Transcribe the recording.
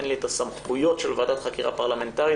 אין לי את הסמכויות של ועדת חקירה פרלמנטרית,